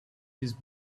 his